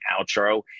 outro